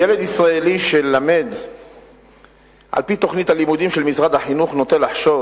ילד ישראלי שלמֵד על-פי תוכנית הלימודים של משרד החינוך נוטה לחשוב